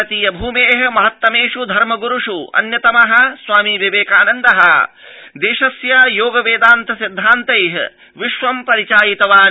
भारतीय भूमेः महत्तमेष् धर्म गुरुष् अन्यतमः स्वामी विवेकानन्दः देशस्य योग वेदान्त सिद्धान्ता विश्व परिचायितवान्